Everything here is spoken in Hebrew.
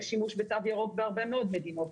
יש שימוש בתו ירוק בהרבה מאוד מדינות.